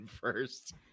first